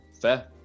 fair